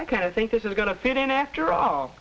i kind of think this is going to fit in after all